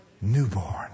newborn